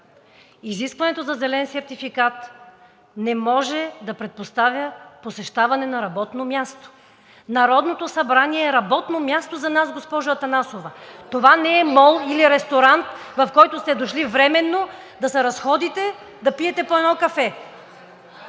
изискването за зелен сертификат не може да предпоставя посещаване на работно място. Народното събрание е работно място за нас, госпожо Атанасова! Това не е мол или ресторант, в който сте дошли временно да се разходите, да пиете по едно кафе.